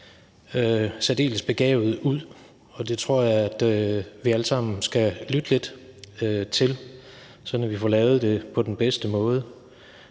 særdeles begavet ud, og det tror jeg vi alle sammen skal lytte lidt til, sådan at vi får lavet det på den bedste måde.